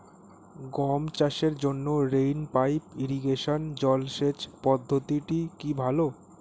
গম চাষের জন্য রেইন পাইপ ইরিগেশন জলসেচ পদ্ধতিটি কি ভালো?